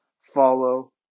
follow